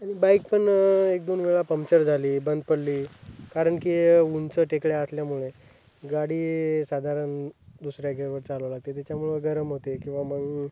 न बाईक पण एक दोन वेळा पंक्चर झाली बंद पडली कारण की उंच टेकड्या असल्यामुळे गाडी साधारण दुसऱ्या गियरवर चालवावी लागते त्याच्यामुळं गरम होते किंवा मग